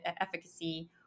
efficacy